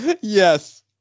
yes